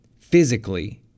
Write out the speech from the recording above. Physically